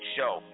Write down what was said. Show